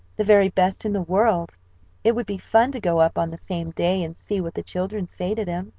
the very best in the world it would be fun to go up on the same day and see what the children say to them.